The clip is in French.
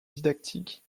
didactique